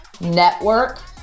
network